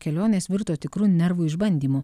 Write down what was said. kelionės virto tikru nervų išbandymu